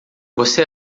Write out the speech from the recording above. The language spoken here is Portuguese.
você